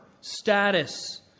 status